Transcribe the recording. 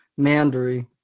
Mandary